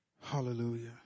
hallelujah